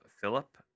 Philip